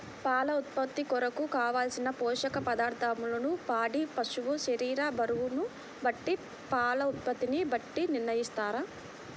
పాల ఉత్పత్తి కొరకు, కావలసిన పోషక పదార్ధములను పాడి పశువు శరీర బరువును బట్టి పాల ఉత్పత్తిని బట్టి నిర్ణయిస్తారా?